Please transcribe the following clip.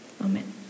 Amen